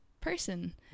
person